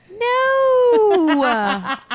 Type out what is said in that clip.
no